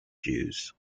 jews